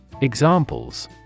Examples